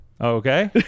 Okay